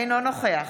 אינו נוכח